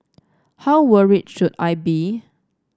how worried should I be